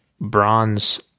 bronze